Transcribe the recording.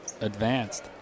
advanced